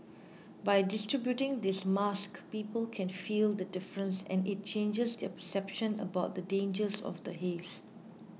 by distributing these masks people can feel the difference and it changes their perception about the dangers of the haze